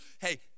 Hey